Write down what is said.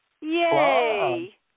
Yay